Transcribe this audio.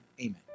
Amen